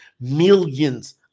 millions